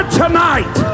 tonight